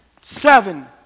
seven